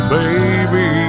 baby